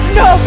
no